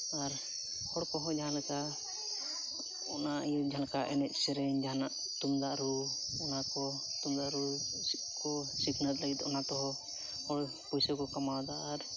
ᱟᱨ ᱦᱚᱲ ᱠᱚᱦᱚᱸ ᱡᱟᱦᱟᱸ ᱞᱮᱠᱟ ᱚᱱᱟ ᱤᱭᱟᱹ ᱡᱟᱦᱟᱸ ᱞᱮᱠᱟ ᱮᱱᱮᱡ ᱥᱮᱨᱮᱧ ᱡᱟᱦᱟᱱᱟᱜ ᱛᱩᱢᱫᱟᱜ ᱨᱩ ᱚᱱᱟ ᱠᱚ ᱛᱩᱢᱟᱫᱟᱜ ᱨᱩ ᱠᱚ ᱥᱤᱠᱷᱱᱟᱹᱛ ᱞᱟᱹᱜᱤᱫ ᱚᱱᱟ ᱛᱮᱦᱚᱸ ᱦᱚᱲ ᱯᱩᱭᱥᱟᱹ ᱠᱚ ᱠᱟᱢᱟᱣ ᱮᱫᱟ ᱟᱨ